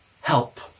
help